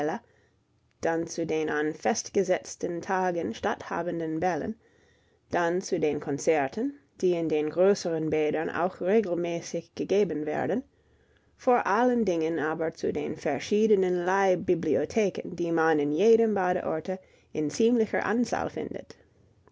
dann zu den an festgesetzten tagen statthabenden bällen dann zu den konzerten die in den größeren bädern auch regelmäßig gegeben werden vor allen dingen aber zu den verschiedenen leihbibliotheken die man in jedem badeorte in ziemlicher anzahl findet